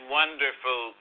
wonderful